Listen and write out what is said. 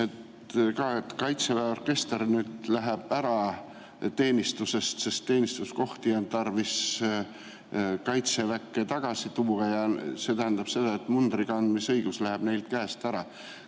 kohta, et Kaitseväe orkester nüüd läheb ära teenistusest, sest teenistuskohti on tarvis Kaitseväkke tagasi tuua. See tähendab seda, et mundri kandmise õigus läheb neilt ära.